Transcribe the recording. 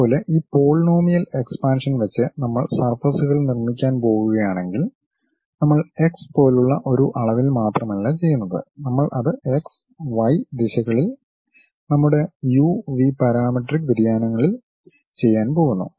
അതുപോലെ ഈ polynomial expansion വെച്ച് നമ്മൾ സർഫസ്കൾ നിർമ്മിക്കാൻ പോകുകയാണെങ്കിൽ നമ്മൾ എക്സ് പോലുള്ള ഒരു അളവിൽ മാത്രമല്ല ചെയ്യുന്നത് നമ്മൾ അത് എക്സ് വൈ ദിശകളിൽ നമ്മുടെ യു വി പരാമെട്രിക് വ്യതിയാനങ്ങളിൽ ചെയ്യാൻ പോകുന്നു